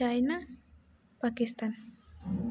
China Pakistan